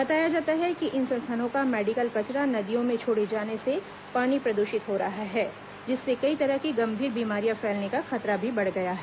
बताया जाता है कि इन संस्थानों का मेडिकल कचरा नदियों में छोड़े जाने से पानी प्रदूषित हो रहा है जिससे कई तरह की गंभीर बीमारियां फैलने का खतरा भी बढ़ गया है